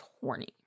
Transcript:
horny